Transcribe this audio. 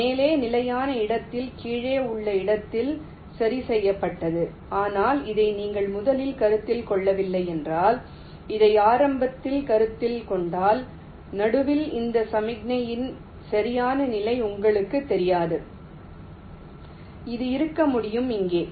மேலே நிலையான இடத்தில் கீழே உள்ள இடத்தில் சரி செய்யப்பட்டது ஆனால் இதை நீங்கள் முதலில் கருத்தில் கொள்ளவில்லை என்றால் இதை ஆரம்பத்தில் கருத்தில் கொண்டால் நடுவில் இந்த சமிக்ஞையின் சரியான நிலை உங்களுக்குத் தெரியாது அது இருக்க முடியும் இங்கே